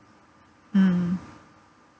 mm mm